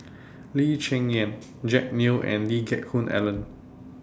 Lee Cheng Yan Jack Neo and Lee Geck Hoon Ellen